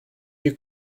you